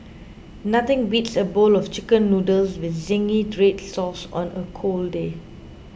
nothing beats a bowl of Chicken Noodles with Zingy Red Sauce on a cold day